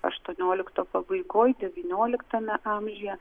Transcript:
aštuoniolikto pabaigoj devynioliktame amžiuje